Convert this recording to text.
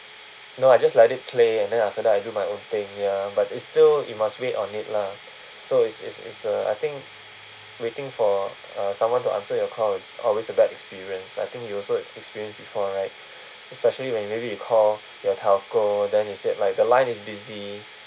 no I just let it play and then after that I do my own thing ya but it's still you must wait on it lah so it's it's it's uh I think waiting for uh someone to answer your call is always a bad experience I think you also experience before right especially when maybe you call your telco then he said like the line is busy